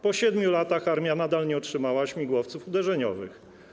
Po 7 latach armia nadal nie otrzymała śmigłowców uderzeniowych.